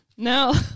No